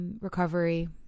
recovery